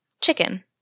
chicken